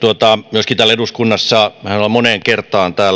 myöskin täällä eduskunnassa on moneen kertaan